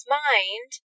mind